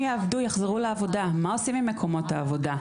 יעבדו ויחזרו לעבודה ומה עושים עם מקומות העבודה.